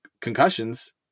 concussions